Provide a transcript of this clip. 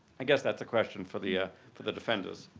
i guess that's a question for the ah for the defenders.